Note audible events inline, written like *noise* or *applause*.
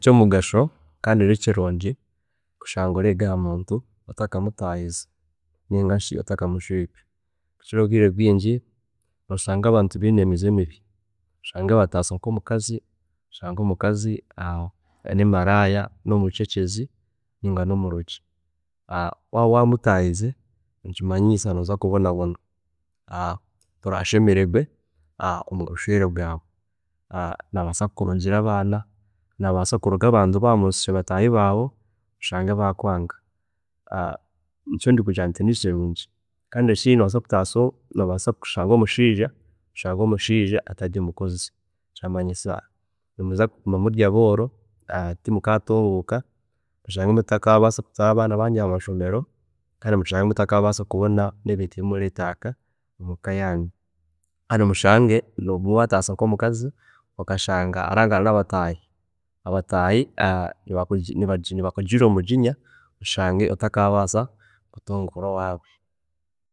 Nekyomugasho kandi nikirungi kushanga oreega ahamuntu otakamutaahize ningashi otakamushwiirwe habweshonga obwiire obwingi noshanga abantu biine emize mibi, oshange omukazi *hesitation* ari nka malaayi, omucecezi ninga ari omurogi, so waaba wamutaahize nikimanyisa nooza kubnabona, tokashemererwa omubushweere bwaawe, nabaasa kukurogyera abaana, nabaasa kuroga bataahi baawe oshange bakwaanga, nikyo ndi kugirira nti nikirungi kandi ekindi nobaasa kushwerwa omusheija oshange atari mukozi, kiramanyiisa nimuza kuguma muri abooro, *hesitation* timukatunguuka, oshange mutakabaasa kutwaara abaana banyu aheishomero kandi mushange mutakabaasa kubona ebintu ebimuretenga omumaka ganyu neinga oshange wataasya omukazi okashanga arangana nabataahi, abataahi *hesitation* nibakugirira omujinya oshange otakabaasa kutunguura owaawe.